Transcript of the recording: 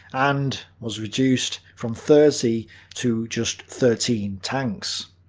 and was reduced from thirty to just thirteen tanks.